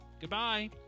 Goodbye